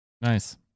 Nice